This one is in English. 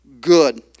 good